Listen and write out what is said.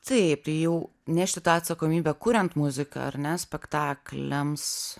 taip tai jau nešti tą atsakomybę kuriant muziką ar ne spektakliams